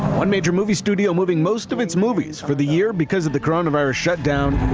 one major movie studio moving most of its movies for the year because of the coronavirus shut down.